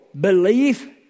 Belief